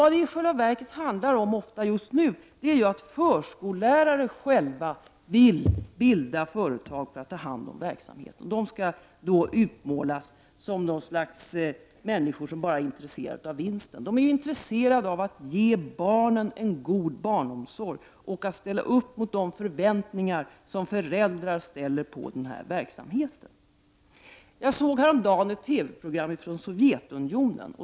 Vad det i själva verket ofta handlar om just nu är att förskollärare själva vill bilda företag för att ta hand om verksamheten. De skall då utmålas som något slags människor som bara är intresserade av vinsten. De är intresserade av att ge barnen en god barnomsorg och att ställa upp på de förväntningar som föräldrarna har på den här verksamheten. Jag såg häromdagen ett TV-program från Sovjetunionen.